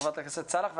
הכנסת סונדוס סאלח.